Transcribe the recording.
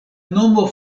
nomo